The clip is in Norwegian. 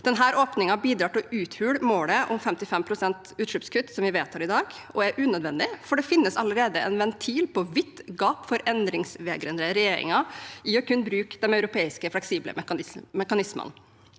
gjøre dette bidrar til å uthule målet om 55 pst. utslippskutt, som vi vedtar på torsdag, og er unødvendig, for det finnes allerede en ventil på vidt gap for endringsvegrende regjeringer ved at man kan bruke de europeiske fleksible mekanismene.